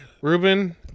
Ruben